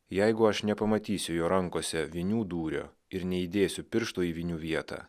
jeigu aš nepamatysiu jo rankose vinių dūrio ir neįdėsiu piršto į vinių vietą